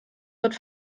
wird